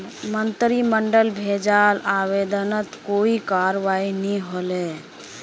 मंत्रिमंडलक भेजाल आवेदनत कोई करवाई नी हले